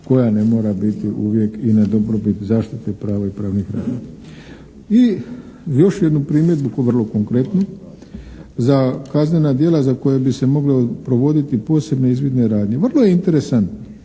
koja ne mora biti uvijek i na dobrobit zaštite prava i pravnih radnji. I još jednu primjedbu kao vrlo konkretnu, za kaznena djela za koja bi se mogla provoditi posebne izvidne radnje. Vrlo je interesantno